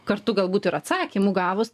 kartu galbūt ir atsakymų gavus